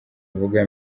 uvuga